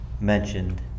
mentioned